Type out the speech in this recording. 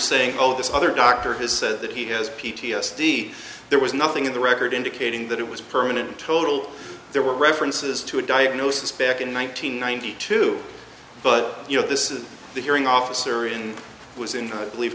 saying oh this other doctor has said that he has p t s d there was nothing in the record indicating that it was permanent total there were references to a diagnosis back in one thousand nine hundred two but you know this is the hearing officer in was in believe